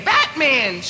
Batman